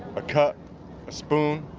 a cup, a spoon,